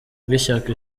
bw’ishyaka